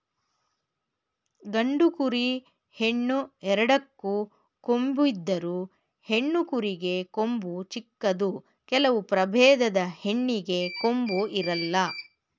ಗಂಡು ಕುರಿ, ಹೆಣ್ಣು ಎರಡಕ್ಕೂ ಕೊಂಬಿದ್ದರು, ಹೆಣ್ಣು ಕುರಿಗೆ ಕೊಂಬು ಚಿಕ್ಕದು ಕೆಲವು ಪ್ರಭೇದದ ಹೆಣ್ಣಿಗೆ ಕೊಂಬು ಇರಲ್ಲ